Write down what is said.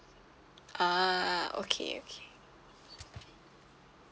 ah okay okay